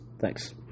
Thanks